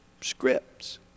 scripts